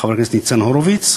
חבר הכנסת ניצן הורוביץ,